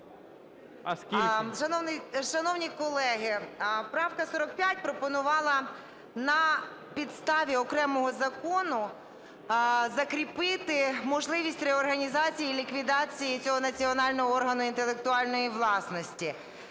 Шановні колеги, правка 45 пропонувала на підставі окремого закону закріпити можливість реорганізації і ліквідації цього національного органу інтелектуальної власності.